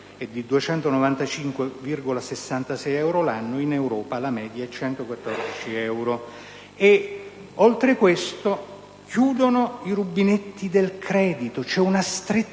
costa 295,66 euro l'anno, mentre in Europa la media è di 114 euro. Oltre a questo, chiudono i rubinetti del credito: c'è una stretta